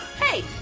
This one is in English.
Hey